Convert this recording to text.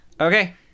Okay